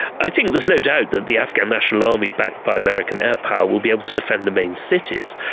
i think there's no doubt that the afghan national army, backed by american air power, will be able to defend the main cities,